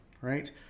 right